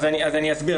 אז אני אסביר.